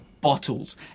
bottles